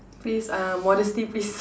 please uh modesty please